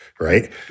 right